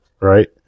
right